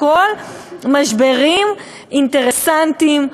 הכול משברים אינטרסנטיים,